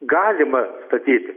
galima statyti